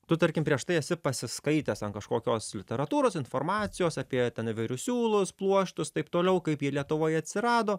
tu tarkim prieš tai esi pasiskaitęs an kažkokios literatūros informacijos apie ten įvairius siūlus pluoštustaip toliau kaip jie lietuvoj atsirado